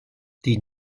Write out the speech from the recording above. die